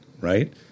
right